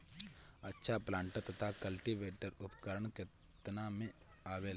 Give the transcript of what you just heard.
अच्छा प्लांटर तथा क्लटीवेटर उपकरण केतना में आवेला?